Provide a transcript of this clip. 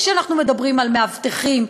כשאנחנו מדברים על מאבטחים,